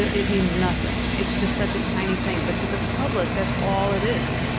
it means nothing. it's just such a tiny thing but to the public that's all it is.